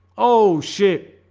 oh shit